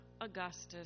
Augustus